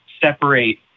separate